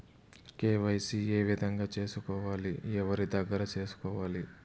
KYC ఏ విధంగా సేసుకోవాలి? ఎవరి దగ్గర సేసుకోవాలి?